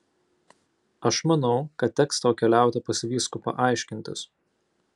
aš manau kad teks tau keliauti pas vyskupą aiškintis